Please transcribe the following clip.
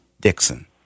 Dixon